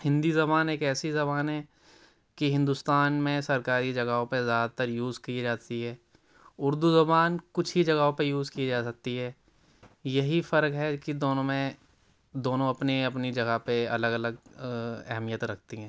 ہندی زبان ایک ایسی زبان ہے کہ ہندوستان میں سرکاری جگہوں پہ زیادہ تر یوز کی جاتی ہے اردو زبان کچھ ہی جگہوں پر یوز کی جا سکتی ہے یہی فرق ہے کہ دونوں میں دونوں اپنی اپنی جگہ پہ الگ الگ اہمیت رکھتی ہیں